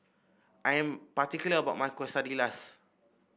I am particular about my Quesadillas